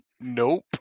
Nope